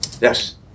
Yes